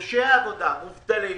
דורשי עבודה, מובטלים,